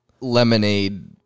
lemonade